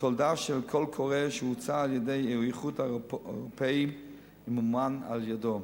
תולדה של קול קורא שהוצא על-ידי האיחוד האירופי ומומן על-ידו.